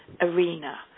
arena